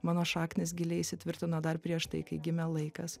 mano šaknys giliai įsitvirtino dar prieš tai kai gimė laikas